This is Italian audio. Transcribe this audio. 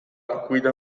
guida